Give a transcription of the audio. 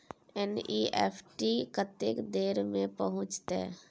NEFT कत्ते देर में पहुंचतै?